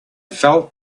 felt